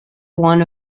one